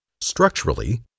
Structurally